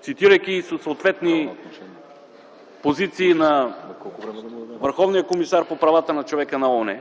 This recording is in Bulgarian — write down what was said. цитирайки съответни позиции на Върховния комисар по правата на човека на ООН